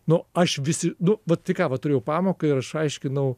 nu aš vis nu va tik ką va turėjau pamoką ir aš aiškinau